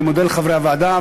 אני מודה לחברי הוועדה,